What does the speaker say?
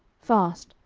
fast,